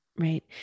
right